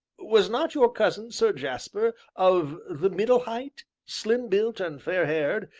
was not your cousin, sir jasper, of the middle height, slim-built and fair-haired,